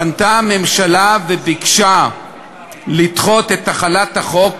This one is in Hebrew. פנתה הממשלה וביקשה לדחות את החלת החוק,